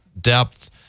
depth